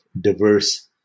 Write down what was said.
diverse